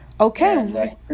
Okay